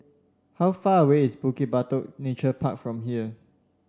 how far away is Bukit Batok Nature Park from here